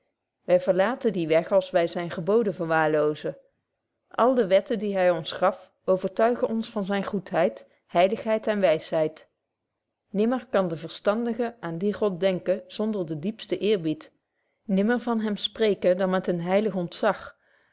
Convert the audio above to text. wy verlaten dien weg als wy zyne geboden verwaarloozen alle de wetten die hy ons gaf overtuigen ons van zyne goedheid heiligheid en wysheid nimmer kan de verstandige aan dien god denken zonder de diepste eerbied nimmer van hem spreken dan met een heilig ontzach